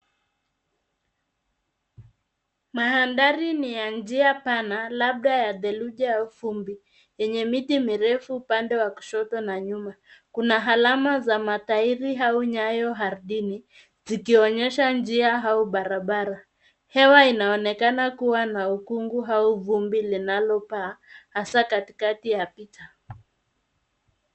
Mandhari ni ya njia pana labda ya theluji au vumbi yenye miti mirefu upande wa kushoto na nyuma. Kuna alama za matairi au nyayo ardhini zikionyesha njia au barabara. Hewa inaonekana kuwa na ukungu au vumbi linalopaa hasa katikati ya picha.